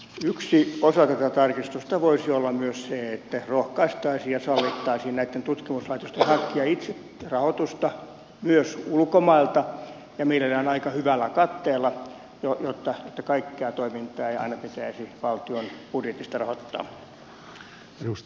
yksi osa tätä tarkistusta voisi olla myös se että rohkaistaisiin ja sallittaisiin näitten tutkimuslaitosten hankkia itse rahoitusta myös ulkomailta ja mielellään aika hyvällä katteella jotta kaikkea toimintaa ei aina pitäisi valtion budjetista rahoittaa